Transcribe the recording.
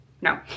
no